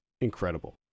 incredible